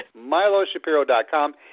MiloShapiro.com